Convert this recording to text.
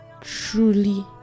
truly